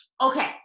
Okay